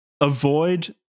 avoid